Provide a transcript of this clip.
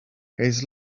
his